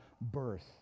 birth